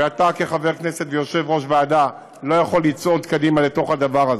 ואתה כחבר כנסת וכיושב-ראש ועדה לא יכול לצעוד קדימה לתוך הדבר הזה,